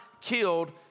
killed